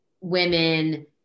women